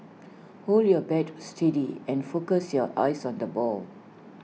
hold your bat steady and focus your eyes on the ball